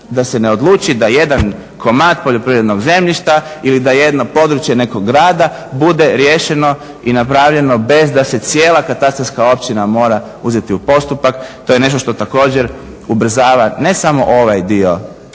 da se ne odluči da jedan komad poljoprivrednog zemljišta ili da jedno područje nekog grada bude riješeno i napravljeno bez da se cijela katastarska općina mora uzeti u postupak. To je nešto što također ubrzava ne samo ovaj dio